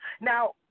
Now